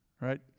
Right